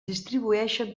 distribueixen